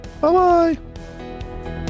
Bye-bye